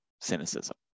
cynicism